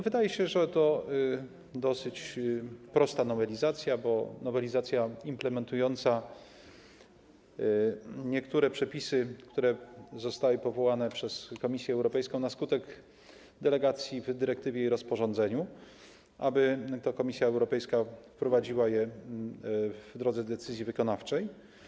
Wydaje się, że jest to dosyć prosta nowelizacja, bo to nowelizacja implementująca niektóre przepisy, które zostały powołane przez Komisję Europejską na skutek delegacji w dyrektywie i rozporządzeniu, aby Komisja Europejska wprowadziła je w drodze decyzji wykonawczej.